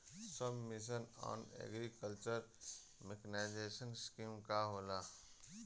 सब mission on agriculture mechanisation scheme का होला?